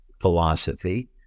philosophy